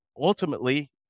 ultimately